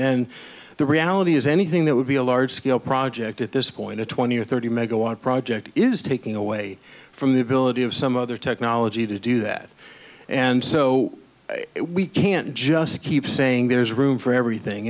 and the reality is anything that would be a large scale project at this point a twenty or thirty megawatt project is taking away from the ability of some other technology to do that and so we can't just keep saying there's room for everything